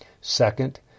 Second